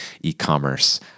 e-commerce